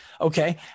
Okay